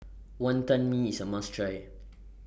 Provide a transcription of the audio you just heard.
Wantan Mee IS A must Try